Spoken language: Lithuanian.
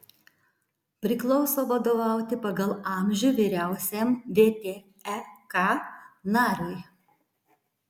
priklauso vadovauti pagal amžių vyriausiam vtek nariui